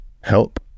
Help